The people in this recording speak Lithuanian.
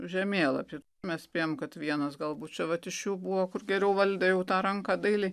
žemėlapį mes spėjam kad vienas galbūt čia vat iš jų buvo kur geriau valdė jau tą ranką dailiai